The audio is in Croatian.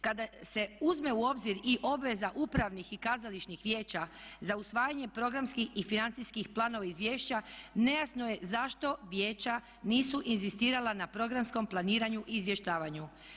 Kada se uzme u obzir i obveza upravnih i kazališnih vijeća za usvajanje programskih i financijskih planova izvješća nejasno je zašto vijeća nisu inzistirala na programskom planiranju i izvještavanju?